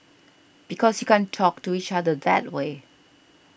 because you can't talk to each other that way